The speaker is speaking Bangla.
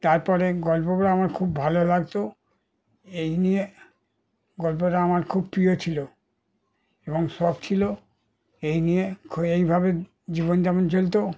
তার পরে গল্পগুলো আমার খুব ভালো লাগত এই নিয়ে গল্পটা আমার খুব প্রিয় ছিল এবং শখ ছিল এই নিয়ে এভাবে জীবনযাপন চলত